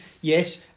Yes